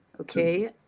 Okay